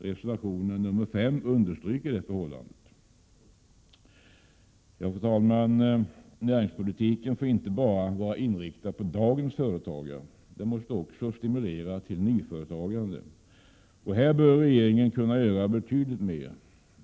Reservation 5 understryker detta förhållande. Fru talman! Näringspolitiken får inte bara vara inriktad på dagens företagare. Den måste också stimulera till nyföretagande. Här bör regeringen kunna göra betydligt mer.